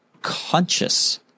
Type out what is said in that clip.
conscious